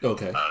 Okay